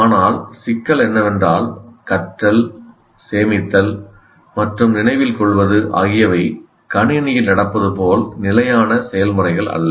ஆனால் சிக்கல் என்னவென்றால் கற்றல் சேமித்தல் மற்றும் நினைவில் கொள்வது ஆகியவை கணினியில் நடப்பது போல் நிலையான செயல்முறைகள் அல்ல